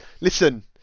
listen